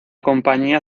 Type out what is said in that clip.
compañía